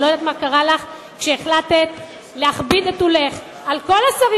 אני לא יודעת מה קרה לך כשהחלטת להכביד את עולך על כל השרים